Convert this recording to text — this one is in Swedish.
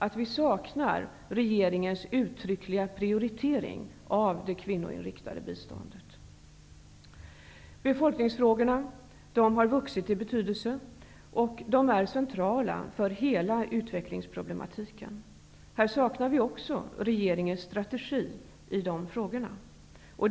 Men vi saknar regeringens uttryckliga prioritering av det kvinnoinriktade biståndet. * Befolkningsfrågorna har vuxit i betydelse. De är centrala för hela utvecklingsproblematiken. Här saknar vi regeringens strategi för behandlingen av dessa frågor.